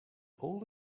all